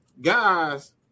Guys